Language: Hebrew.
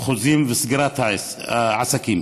חוזים וסגירת העסק.